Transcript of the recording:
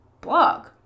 blog